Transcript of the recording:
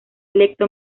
electo